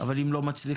אבל אם לא מצליחים,